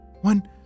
one